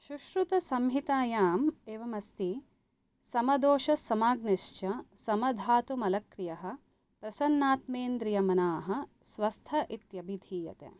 सुश्रुतसंहितायाम् एवमस्ति समदोषस्समानश्च समधातुमलक्रियः प्रसन्नात्मेन्द्रियमनाः स्वस्थ इत्यभिधीयते